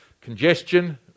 congestion